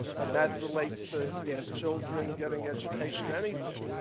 and that relates to children getting education anywhere.